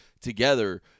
together